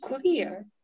clear